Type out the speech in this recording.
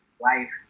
life